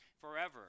forever